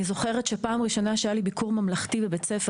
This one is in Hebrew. אני זוכרת שהיה לי שבפעם הראשונה שהיה לי ביקור ממשלתי בבית הספר,